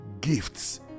Gifts